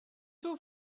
two